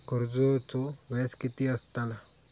कर्जाचो व्याज कीती असताला?